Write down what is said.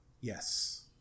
yes